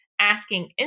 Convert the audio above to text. asking